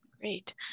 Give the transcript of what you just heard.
Great